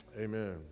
Amen